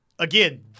Again